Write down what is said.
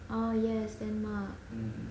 oh yes denmark